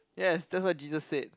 yes that's what Jesus said